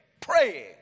praying